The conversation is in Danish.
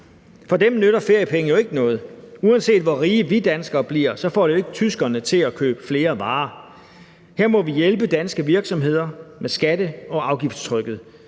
For dem nytter feriepenge jo ikke noget; uanset hvor rige vi danskere bliver, får det jo ikke tyskerne til at købe flere varer. Her må vi hjælpe danske virksomheder med skatte- og afgiftstrykket.